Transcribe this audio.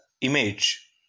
image